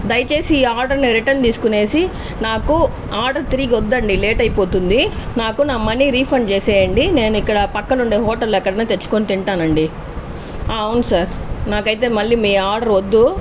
దయచేసి ఈ ఆర్డర్ ని రిటర్న్ తీసుకునేసి నాకు ఆర్డర్ తిరిగి వద్దండి లేట్ అయిపోతుంది నాకు నా మనీ రీఫండ్ చేసేయండి నేను ఇక్కడ పక్కనుండే హోటల్ ఎక్కడైనా తెచ్చుకుని తింటానండి అవును సార్ నాకైతే మళ్లీ మీ ఆర్డర్ వద్దు